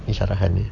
ini syarahannya